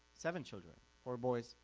seven children four boys,